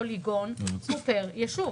פוליגון הוא פר ישוב.